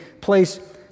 place